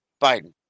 Biden